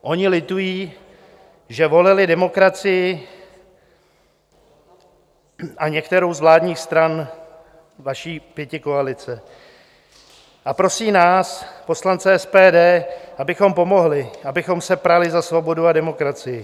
Oni litují, že volili demokracii a některou z vládních stran vaší pětikoalice, a prosí nás, poslance SPD, abychom pomohli, abychom se prali za svobodu a demokracii.